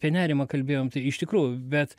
apie nerimą kalbėjom tai iš tikrųjų bet